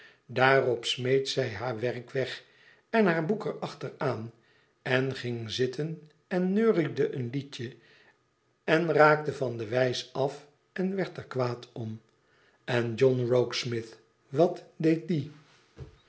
daarop smeet zij haar werk weg en haar boek er achteraan en ging zitten en neuriede een liedje en raakte van de wijs af en werd er kwaad om n john rokesmith wat deed die